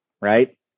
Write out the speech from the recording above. right